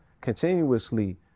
continuously